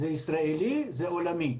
זה ישראלי, זה עולמי.